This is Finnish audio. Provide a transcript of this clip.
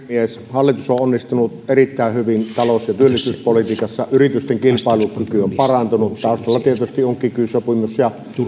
hallitus on onnistunut erittäin hyvin talous ja työllisyyspolitiikassa yritysten kilpailukyky on parantunut taustalla tietysti on kiky sopimus ja